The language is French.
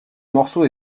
morceau